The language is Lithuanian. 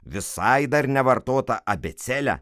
visai dar nevartotą abėcėlę